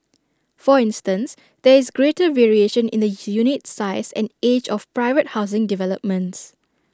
for instance there is greater variation in the unit size and age of private housing developments